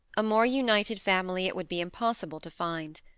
a more united family it would be impossible to find.